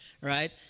right